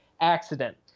accident